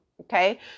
okay